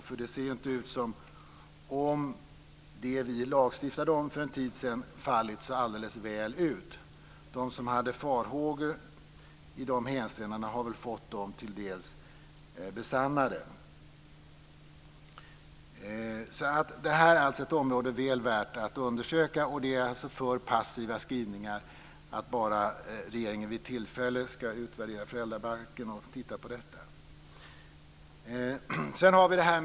Det ser nämligen inte ut som att det vi lagstiftade om för en tid sedan fallit så alldeles väl ut. De som hade farhågor i de hänseendena har fått dem till dels besannade. Detta är alltså ett område som är väl värt att undersöka. Skrivningarna om att regeringen vid tillfälle ska utvärdera föräldrabalken och titta på detta är alltför passiva.